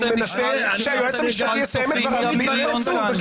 אני מנסה שהיועץ המשפטי יסיים את דבריו ------ אם תיתן לי.